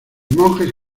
monjes